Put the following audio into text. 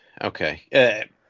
Okay